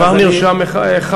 כבר נרשם אחד.